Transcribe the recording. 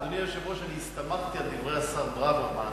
אדוני היושב-ראש, אני הסתמכתי על דברי השר ברוורמן